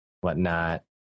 whatnot